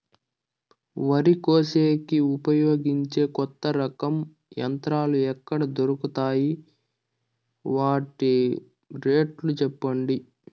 వరి కోసేకి ఉపయోగించే కొత్త రకం యంత్రాలు ఎక్కడ దొరుకుతాయి తాయి? వాటి రేట్లు చెప్పండి?